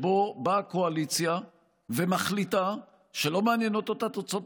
והוא שבאה קואליציה ומחליטה שלא מעניינות אותה תוצאות